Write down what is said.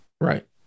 Right